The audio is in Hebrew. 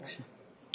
בבקשה.